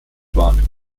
wahrnimmt